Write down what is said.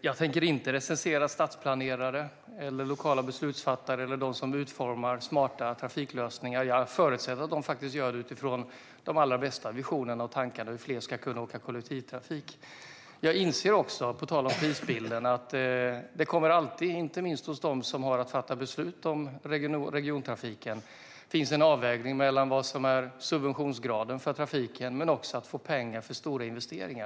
Jag tänker inte recensera stadsplanerare, lokala beslutsfattare eller dem som utformar smarta trafiklösningar. Jag förutsätter att de gör detta utifrån de allra bästa visioner och tankar om hur fler ska kunna åka med kollektivtrafiken. På tal om prisbilden inser jag att det alltid, inte minst hos dem som har att fatta beslut om regiontrafiken, kommer att finnas en avvägning mellan subventionsgraden för trafiken och att få pengar för stora investeringar.